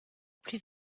plus